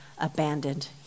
abandoned